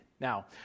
Now